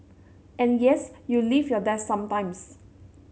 and yes you leave your desk sometimes